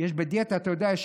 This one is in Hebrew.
אתה יודע,